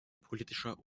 politischer